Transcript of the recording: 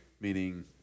Meaning